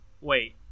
wait